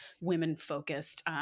women-focused